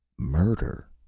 murder!